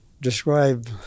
describe